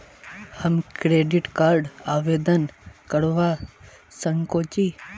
हम credit card आवेदन करवा संकोची?